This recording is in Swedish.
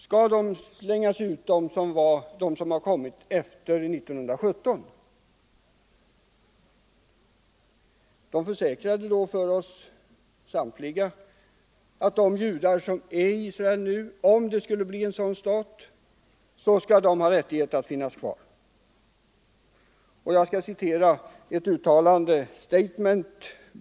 Skall de som har kommit till Israel efter 1917 slängas ut igen? När vi frågade om det försäkrade samtliga, att om det blir en sådan stat skall de judar som befinner sig i Israel i dag ha rätt att stanna kvar där.